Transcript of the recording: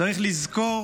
צריך לזכור